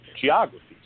geographies